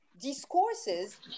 discourses